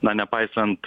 na nepaisant